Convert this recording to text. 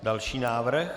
Další návrh.